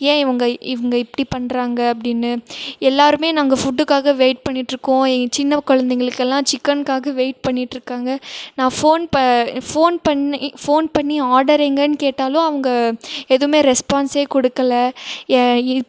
ஏன் இவங்க இவங்க இப்படி பண்ணுறாங்க அப்படின்னு எல்லோருமே நாங்கள் ஃபுட்டுக்காக வெயிட் பண்ணிட்டிருக்கோம் இ சின்ன குழந்தைங்களுக்கெல்லாம் சிக்கனுக்காக வெயிட் பண்ணிட்டிருக்காங்க நான் ஃபோன் ப ஃபோன் பண்ணி ஃபோன் பண்ணி ஆர்டர் எங்கேன்னு கேட்டாலும் அவங்க எதுவுமே ரெஸ்பான்ஸே கொடுக்கல ஏன் இப்